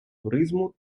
туризму